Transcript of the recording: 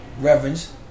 reverends